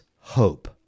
hope